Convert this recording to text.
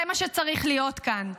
זה מה שצריך להיות כאן.